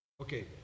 Okay